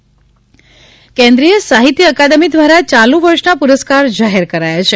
સાહિત્ય અકાદ મી કેન્દ્રીય સાહિત્ય અકાદમી દ્વારા ચાલુ વર્ષના પુરસ્કાર જાહેર કરાયા છે